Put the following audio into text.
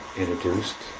introduced